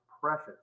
precious